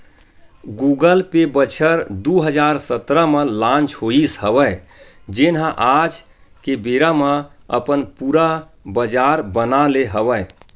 Google pay बछर दू हजार सतरा म लांच होइस हवय जेन ह आज के बेरा म अपन पुरा बजार बना ले हवय